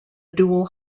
dual